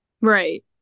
Right